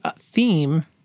theme